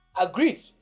Agreed